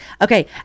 okay